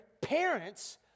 parents